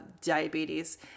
diabetes